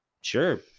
sure